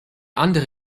andere